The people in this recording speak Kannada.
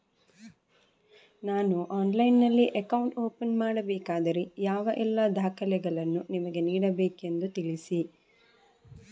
ನಾನು ಆನ್ಲೈನ್ನಲ್ಲಿ ಅಕೌಂಟ್ ಓಪನ್ ಮಾಡಬೇಕಾದರೆ ಯಾವ ಎಲ್ಲ ದಾಖಲೆಗಳನ್ನು ನಿಮಗೆ ನೀಡಬೇಕೆಂದು ತಿಳಿಸಿ?